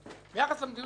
ביחס למדיניות הכללית,